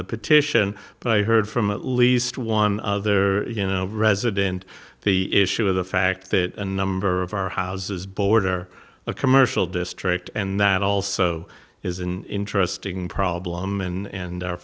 the petition but i heard from at least one other you know resident the issue of the fact that a number of our houses border a commercial district and that also is in trusting problem